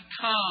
come